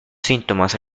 síntomas